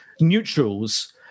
neutrals